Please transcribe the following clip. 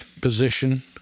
position